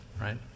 Right